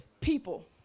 People